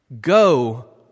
go